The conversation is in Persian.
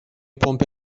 پمپ